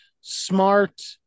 smart